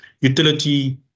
utility